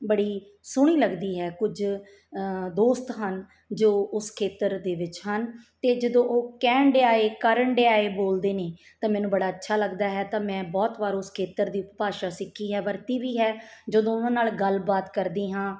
ਬੜੀ ਸੋਹਣੀ ਲੱਗਦੀ ਹੈ ਕੁਝ ਦੋਸਤ ਹਨ ਜੋ ਉਸ ਖੇਤਰ ਦੇ ਵਿੱਚ ਹਨ ਅਤੇ ਜਦੋਂ ਉਹ ਕਹਿਣ ਡਿਆ ਏ ਕਰਨ ਡਿਆ ਏ ਬੋਲਦੇ ਨੇ ਤਾਂ ਮੈਨੂੰ ਬੜਾ ਅੱਛਾ ਲੱਗਦਾ ਹੈ ਤਾਂ ਮੈਂ ਬਹੁਤ ਵਾਰ ਉਸ ਖੇਤਰ ਦੀ ਉਪ ਭਾਸ਼ਾ ਸਿੱਖੀ ਹੈ ਵਰਤੀ ਵੀ ਹੈ ਜਦੋਂ ਉਹਨਾਂ ਨਾਲ ਗੱਲਬਾਤ ਕਰਦੀ ਹਾਂ